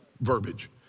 verbiage